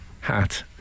hat